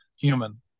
human